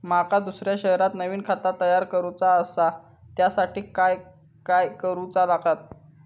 माका दुसऱ्या शहरात नवीन खाता तयार करूचा असा त्याच्यासाठी काय काय करू चा लागात?